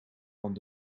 van